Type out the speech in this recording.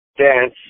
dance